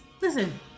Listen